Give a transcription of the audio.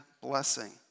blessing